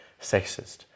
sexist